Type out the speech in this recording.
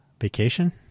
Vacation